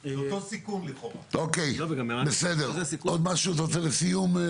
אוקיי, עוד משהו אתה רוצה לסיום?